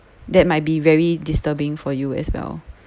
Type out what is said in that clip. that might be very disturbing for you as well